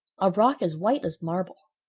a rock as white as marble.